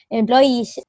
employees